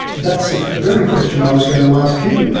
that's the very question i was going to ask you.